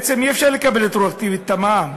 בעצם, אי-אפשר לקבל רטרואקטיבית את המע"מ.